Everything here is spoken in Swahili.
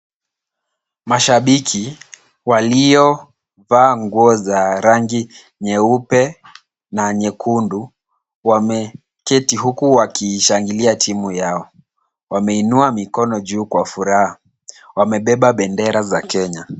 Mashabiki waliovaa nguo za rangi nyeupe na nyekundu, wameketi huku wakishangilia timu yao. Wameinua mikono juu kwa furaha. Wamebeba bendera za Kenya.